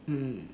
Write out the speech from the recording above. mm